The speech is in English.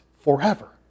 Forever